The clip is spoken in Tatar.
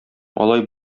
алай